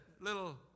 little